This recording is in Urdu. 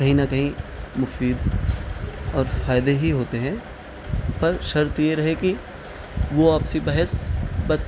کہیں نہ کہیں مفید اور فائدے ہی ہوتے ہیں پر شرط یہ رہے کہ وہ آپسی بحث بس